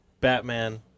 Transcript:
batman